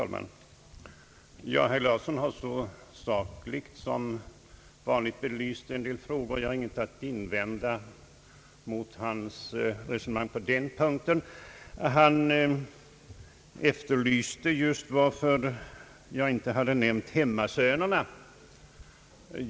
Herr talman! Herr Larsson har så sakligt som vanligt belyst en del frågor. Jag har ingenting att invända mot hans resonemang härvidlag. Han frågade varför jag inte nämnt hemmasönerna.